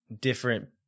different